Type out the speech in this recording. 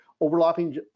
Overlapping